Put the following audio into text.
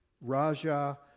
Raja